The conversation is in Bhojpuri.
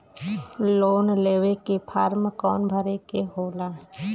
लोन लेवे के फार्म कौन भरे के होला?